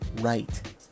right